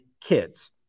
kids